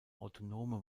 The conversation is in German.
autonome